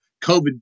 COVID